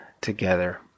together